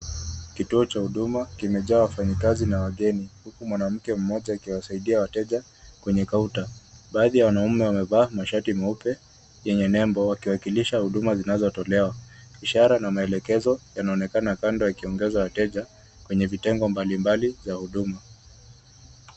Kituo cha Huduma kimejaa wafanyikazi na wageni, huku mwanamke mmoja akiwasaidia wateja kwenye kaunta. Baadhi ya wanaume wamevaa mashati meupe yenye nembo, wakiwakilisha huduma zinazotolewa. Ishara na maelekezo yanaonekana kando yakiongoza wateja kwenye vitengo mbalimbali za huduma.